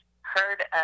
heard